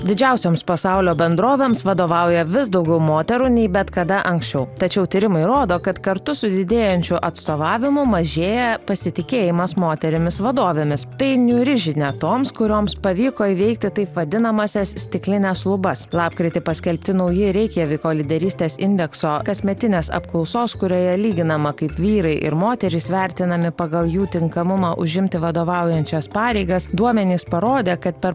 didžiausioms pasaulio bendrovėms vadovauja vis daugiau moterų nei bet kada anksčiau tačiau tyrimai rodo kad kartu su didėjančiu atstovavimu mažėja pasitikėjimas moterimis vadovėmis tai niūri žinia toms kurioms pavyko įveikti taip vadinamąsias stiklines lubas lapkritį paskelbti nauji reikjaviko lyderystės indekso kasmetinės apklausos kurioje lyginama kaip vyrai ir moterys vertinami pagal jų tinkamumą užimti vadovaujančias pareigas duomenys parodė kad per